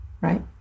right